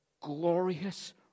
glorious